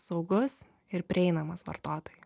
saugus ir prieinamas vartotojui